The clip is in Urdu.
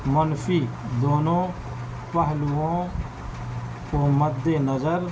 منفی دونوں پہلوؤں کو مد نظر